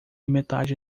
metade